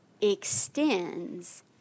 extends